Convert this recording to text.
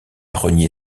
renié